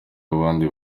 abandi